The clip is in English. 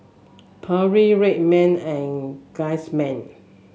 Perrier Red Man and Guardsman